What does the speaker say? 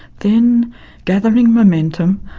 then gathering momentum,